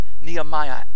Nehemiah